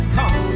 Come